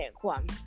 one